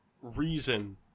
reason